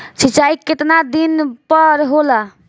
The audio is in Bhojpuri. सिंचाई केतना दिन पर होला?